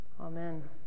Amen